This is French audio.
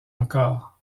encore